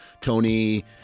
Tony